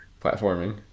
Platforming